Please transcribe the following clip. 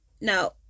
Now